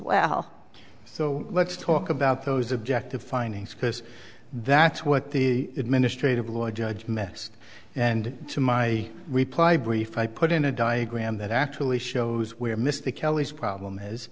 well so let's talk about those objective findings because that's what the administrative law judge mess and to my reply brief i put in a diagram that actually shows where mr kelly's problem is